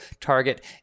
Target